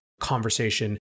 conversation